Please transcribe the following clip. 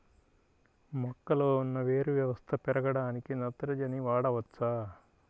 మొక్కలో ఉన్న వేరు వ్యవస్థ పెరగడానికి నత్రజని వాడవచ్చా?